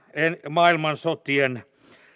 maailmansotien